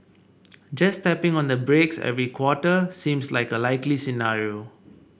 just tapping on the brakes every quarter seems like a likely scenario